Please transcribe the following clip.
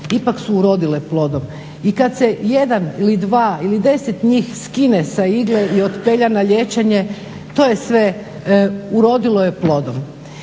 ipak su urodile plodom. I kad se jedan ili dva ili deset njih skine sa igle i otpelja na liječenje to je sve urodilo je plodom.